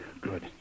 Good